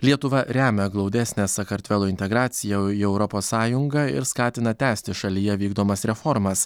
lietuva remia glaudesnę sakartvelo integraciją į eu į europos sąjungą ir skatina tęsti šalyje vykdomas reformas